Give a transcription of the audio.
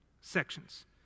sections